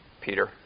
Peter